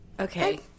Okay